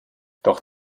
doch